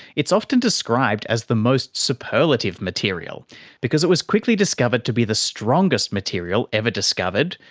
it's often described as the most superlative material because it was quickly discovered to be the strongest material ever discovered,